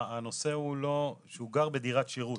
הנושא הוא שהוא גר בדירת שירות,